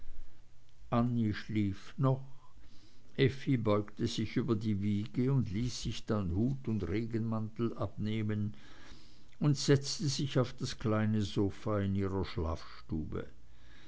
schlief noch effi beugte sich über die wiege ließ sich dann hut und regenmantel abnehmen und setzte sich auf das kleine sofa in ihrer schlafstube